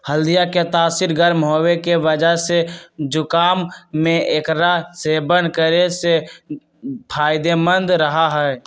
हल्दीया के तासीर गर्म होवे के वजह से जुकाम में एकरा सेवन करे से फायदेमंद रहा हई